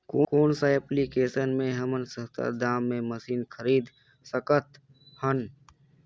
कौन सा एप्लिकेशन मे हमन सस्ता दाम मे मशीन खरीद सकत हन?